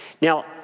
Now